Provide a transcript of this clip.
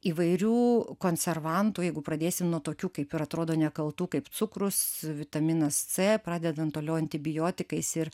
įvairių konservantų jeigu pradėsim nuo tokių kaip ir atrodo nekaltų kaip cukrus vitaminas c pradedant toliau antibiotikais ir